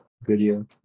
video